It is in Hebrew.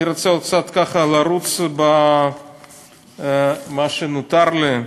אני רוצה עוד קצת ככה לרוץ במה שנותר לי.